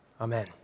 amen